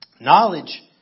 Knowledge